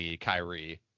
kyrie